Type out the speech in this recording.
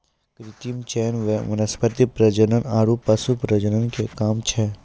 कृत्रिम चयन वनस्पति प्रजनन आरु पशु प्रजनन के काम छै